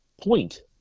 point